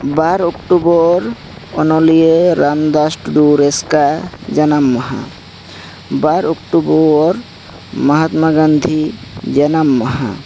ᱵᱟᱨ October ᱚᱱᱚᱞᱤᱭᱟᱹ ᱨᱟᱢᱫᱟᱥ ᱴᱩᱰᱩ ᱨᱮᱥᱠᱟᱹ ᱡᱟᱱᱟᱢ ᱢᱟᱦᱟ ᱵᱟᱨ ᱚᱠᱴᱳᱵᱚᱨ ᱢᱚᱦᱟᱛᱢᱟ ᱜᱟᱱᱫᱷᱤ ᱡᱟᱱᱟᱢ ᱢᱟᱦᱟ